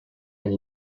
and